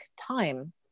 time